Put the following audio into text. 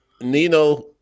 Nino